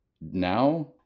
now